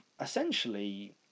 essentially